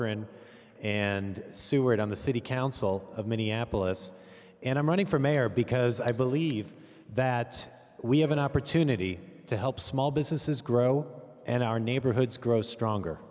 corcoran and seward on the city council of minneapolis and i'm running for mayor because i believe that we have an opportunity to help small businesses grow and our neighborhoods grow stronger